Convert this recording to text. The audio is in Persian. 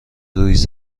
ریز